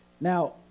Now